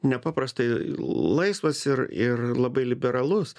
nepaprastai laisvas ir ir labai liberalus